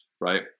right